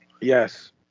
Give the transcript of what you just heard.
Yes